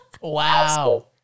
Wow